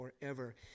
forever